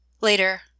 Later